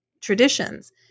traditions